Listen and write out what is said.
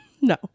No